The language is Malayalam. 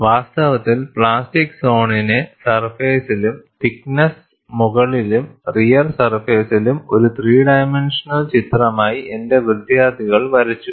വാസ്തവത്തിൽപ്ലാസ്റ്റിക് സോണിനെ സർഫേസിലും തിക്ക് നെസ്സിന് മുകളിലും റിയർ സർഫേസിലും ഒരു ത്രീ ഡൈമെൻഷനൽ ചിത്രമായി എന്റെ വിദ്യാർത്ഥികൾ വരച്ചു